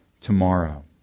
tomorrow